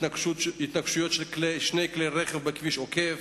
התנגשות של שני כלי רכב כשאחד מהם עוקף,